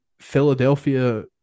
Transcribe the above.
Philadelphia –